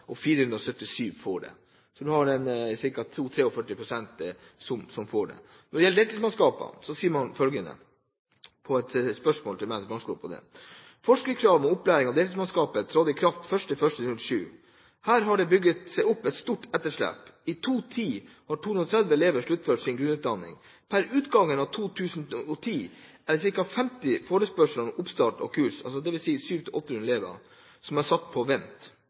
og 483 får det. Det er altså ca. 42–43 pst. som får det. Når det gjelder deltidsmannskapene, sier man følgende på et spørsmål fra meg: «Forskriftskrav om opplæring av deltidsmannskaper trådte i kraft 01.01.07. Her har det bygget seg opp et stort etterslep. I 2010 har 230 elever sluttført sin grunnutdanning. Pr utgangen av 2010 er det ca 50 forespørsler om oppstart av kurs som er satt på vent. På bakgrunn av forventede rammer for 2011 vil kun 16 få klarsignal for oppstart.» Det er